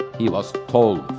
he was tall,